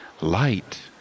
light